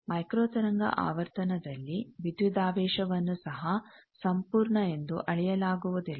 ಆದ್ದರಿಂದ ಮೈಕ್ರೋತರಂಗ ಆವರ್ತನದಲ್ಲಿ ವಿದ್ಯುದಾವೇಶವನ್ನು ಸಹ ಸಂಪೂರ್ಣ ಎಂದು ಅಳೆಯಲಾಗುವುದಿಲ್ಲ